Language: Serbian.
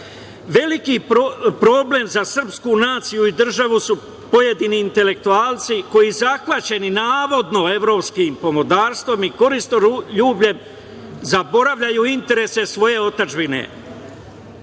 Veliki problem za srpsku naciju i državu su pojedini intelektualci, koji zahvaćeni, navodno evropskim pomodarstvom i koristoljubljem, zaboravljaju interese svoje otadžbine.